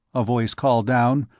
a voice called down.